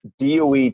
DOE